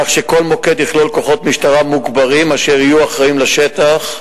כך שכל מוקד יכלול כוחות משטרה מוגברים אשר יהיו אחראים לשטח,